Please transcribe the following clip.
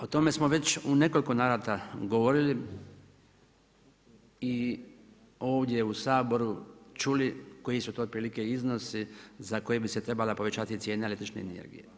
O tome smo već u nekoliko navrata govorili i ovdje u Saboru čuli koji su to otprilike iznosi za koje bi se trebala povećati cijena električne energije.